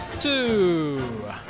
two